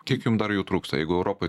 kiek jum dar jų trūksta jeigu europai